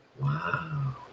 Wow